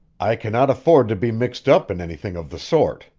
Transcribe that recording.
i cannot afford to be mixed up in anything of the sort.